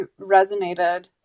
resonated